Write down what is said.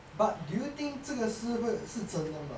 but do you think 这个事是真的吗